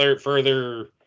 further